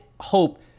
hope